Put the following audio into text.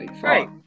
Right